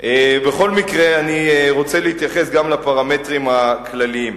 בכל מקרה, אני רוצה להתייחס גם לפרמטרים הכלליים.